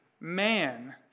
man